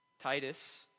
Titus